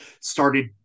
started